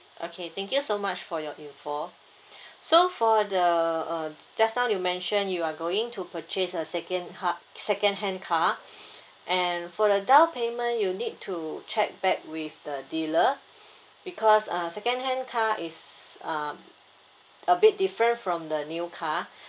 okay thank you so much for your info so for the uh just now you mention you are going to purchase a second ha~ second hand car and for the down payment you need to check back with the dealer because uh second hand car is uh a bit different from the new car